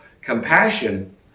Compassion